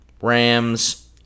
Rams